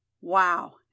Wow